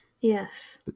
Yes